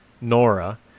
Nora